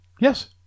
Yes